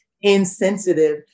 insensitive